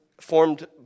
formed